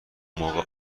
موقع